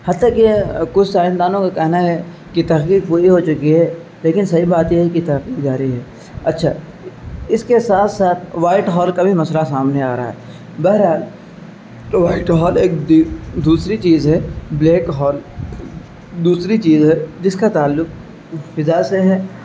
حتّٰی کہ کچھ سائنسدانوں کا کہنا ہے کہ تحقیق پوری ہو چکی ہے لیکن صحیح بات یہ ہے کہ تحقیق جا رہی ہے اچھا اس کے ساتھ ساتھ وائٹ ہول کا بھی مسئلہ سامنے آ رہا ہے بہرحال وائٹ ہول ایک دوسری چیز ہے بلیک ہول دوسری چیز ہے جس کا تعلق فضا سے ہے